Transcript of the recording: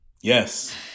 Yes